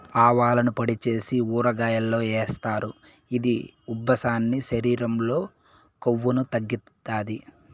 ఆవాలను పొడి చేసి ఊరగాయల్లో ఏస్తారు, ఇది ఉబ్బసాన్ని, శరీరం లో కొవ్వును తగ్గిత్తాది